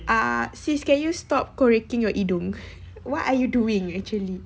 ah sis can you stop correcting your idiom what are you doing actually